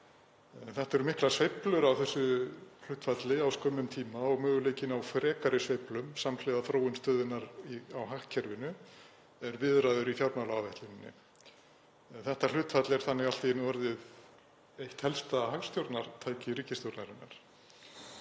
Þetta eru miklar sveiflur á þessu hlutfalli á skömmum tíma og möguleikinn á frekari sveiflum samhliða þróun stöðunnar í hagkerfinu er viðraður í fjármálaáætluninni. Þetta hlutfall er þannig allt í einu orðið eitt helsta hagstjórnartæki ríkisstjórnarinnar.